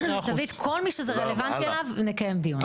תביא את כל מי שזה רלוונטי אליו, ונקיים דיון.